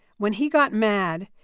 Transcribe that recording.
when he got mad,